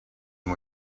and